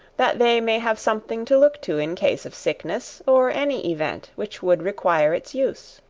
that they may have something to look to in case of sickness, or any event which would require its use.